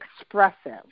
expressive